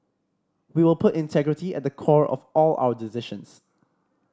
we will put integrity at the core of all our decisions